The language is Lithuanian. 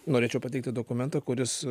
norėčiau pateikti dokumentą kuris